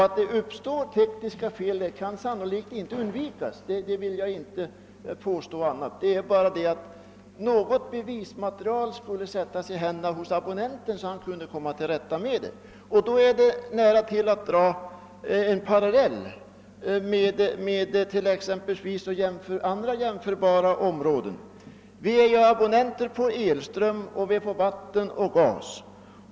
Att tekniska fel uppstår kan sannolikt inte undvikas — jag vill inte påstå något annat. Jag tycker bara att något bevismaterial borde sättas i händerna på abonnenten, så att han kunde komma till rätta med problemet. Det ligger här nära till hands att dra en parallell med andra jämförbara områden. Vi är ju abonnenter på elström, vatten och gas.